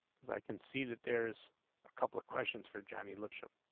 i can see that there's a couple questions for johnny witcher